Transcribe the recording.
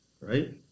right